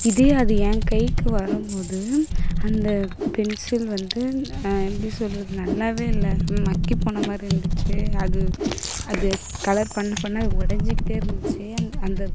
இதே அது ஏன் கைக்கு வரும்போது அந்த பென்சில் வந்து எப்படி சொல்லறது நல்லாவே இல்லை மக்கிப்போன மாதிரி இருந்துச்சு அது அது கலர் பண்ண பண்ண அது உடஞ்சிக்கிட்டே இருந்துச்சு அந்த